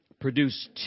produced